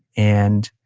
and